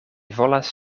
volas